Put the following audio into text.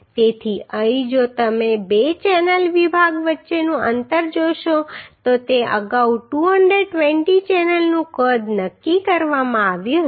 તેથી અહીં જો તમે બે ચેનલ વિભાગ વચ્ચેનું અંતર જોશો તો તે અગાઉ 220 ચેનલનું કદ નક્કી કરવામાં આવ્યું હતું